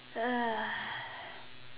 uh